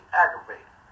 aggravated